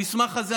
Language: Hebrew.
המסמך הזה,